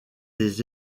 des